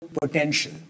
potential